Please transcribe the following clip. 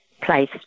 place